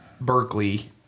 Berkeley